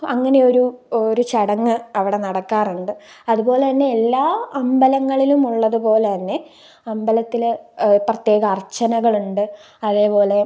അങ്ങനെയൊരു ഒരു ചടങ്ങ് അവിടെ നടക്കാറുണ്ട് അതുപോലെതന്നെ എല്ലാ അമ്പലങ്ങളിലുമുള്ളത് പോലെതന്നെ അമ്പലത്തില് പ്രത്യേക അർച്ചനകളുണ്ട് അതേപോലെ